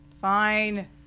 Fine